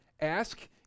ask